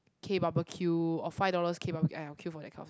okay barbecue or five dollars okay barbecue !aiya! I will queue for that kind of